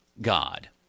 God